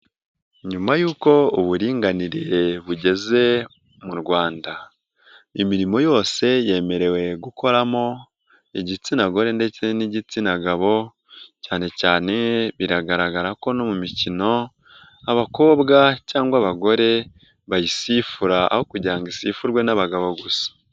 Nyuma yuko uburinganire bugeze mu Rwanda imirimo yose yemerewe gukoramo igitsina gore ndetse n'igitsina gabo cyane cyane biragaragara ko no mu mikino abakobwa cyangwa abagore bayisifura aho kugira ngo isifurwe n'abagabo gusa.